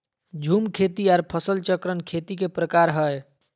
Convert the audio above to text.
झूम खेती आर फसल चक्रण खेती के प्रकार हय